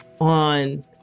on